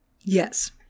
Yes